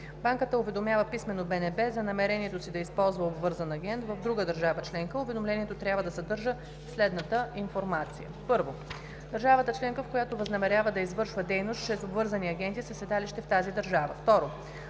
Банката уведомява писмено БНБ за намерението си да използва обвързан агент в друга държава членка. Уведомлението трябва да съдържа следната информация: 1. държавата членка, в която възнамерява да извършва дейност чрез обвързани агенти със седалище в тази държава;